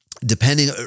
depending